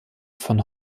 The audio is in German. von